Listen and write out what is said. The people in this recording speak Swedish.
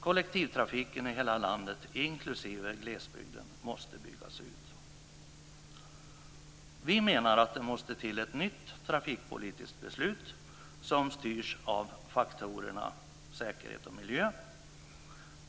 Kollektivtrafiken i hela landet inklusive glesbygden måste byggas ut. Vi menar att det måste till ett nytt trafikpolitiskt beslut som styrs av faktorerna säkerhet och miljö.